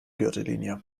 gürtellinie